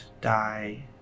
die